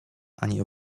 ani